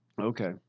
Okay